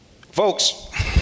Folks